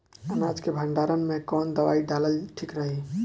अनाज के भंडारन मैं कवन दवाई डालल ठीक रही?